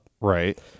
Right